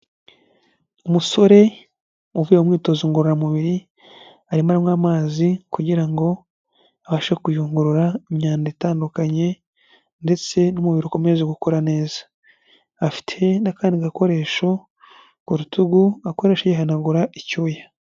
Umusore uvuye mu mwitozo ngororamubiri, arimo anywa amazi kugira ngo abashe kuyungurura imyanda itandukanye ndetse n'umubiri ukomeze gukora neza, afite n'akandi gakoresho ku rutugu akoresha yihanagura icyuya.